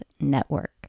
Network